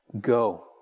Go